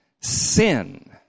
Sin